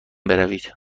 بروید